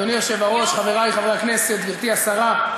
אדוני היושב-ראש, חברי חברי הכנסת, גברתי השרה,